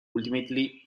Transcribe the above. ultimately